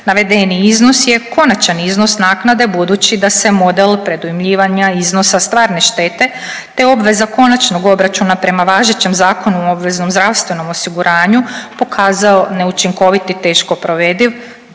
Navedeni iznos je konačan iznos naknade budući da se model predujmljivanja iznosa stvarne štete, te obveza konačnog obračuna prema važećem Zakonu o obveznom zdravstvenom osiguranju pokazao neučinkovit i teško provediv,